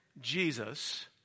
Jesus